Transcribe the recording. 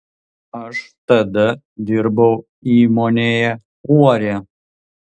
aš tada dirbau įmonėje uorė